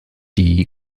die